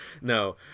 No